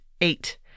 eight